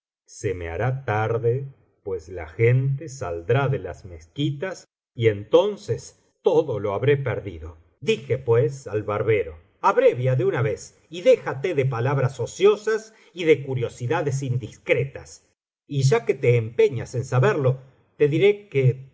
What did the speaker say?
se me hará tarde pues la gente saldrá de las mezquitas y entonces todo lo habré perdido dije pues al barbero abrevia de una vez y déjate de palabras ociosas y de curiosidadas indiscretas y ya que te empeñas en saberlo te diré que